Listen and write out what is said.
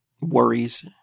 worries